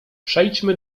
przejdźmy